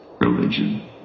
religion